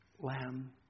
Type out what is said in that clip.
Lamb